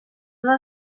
una